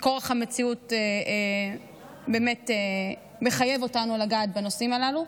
כי כורח המציאות באמת מחייב אותנו לגעת בנושאים הללו.